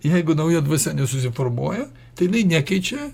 jeigu nauja dvasia nesusiformuoja tai jinai nekeičia